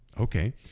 Okay